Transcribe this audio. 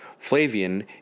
Flavian